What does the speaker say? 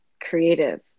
creative